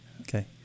Okay